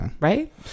Right